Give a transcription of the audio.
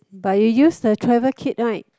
but you use the travel kit right